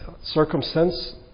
circumstance